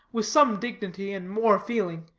with some dignity and more feeling,